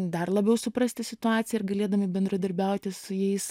dar labiau suprasti situaciją ir galėdami bendradarbiauti su jais